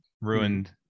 ruined